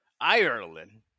ireland